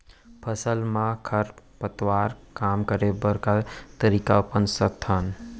फसल मा खरपतवार कम करे बर का तरीका अपना सकत हन?